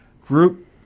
group